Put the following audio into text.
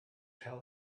tell